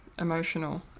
emotional